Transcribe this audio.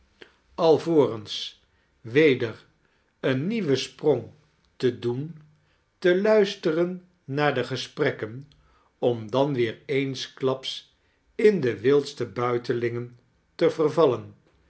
weder een nieuwen sprong te doen te luisteren naar de gesprekken om dan weer eensklaps in de wildste buitelingen te vervallen